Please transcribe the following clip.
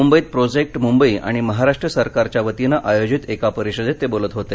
मुंबईत प्रोजेक्ट मुंबई आणि महाराष्ट्र सरकारच्यावतीनं आयोजित एका परिषदेत ते बोलत होते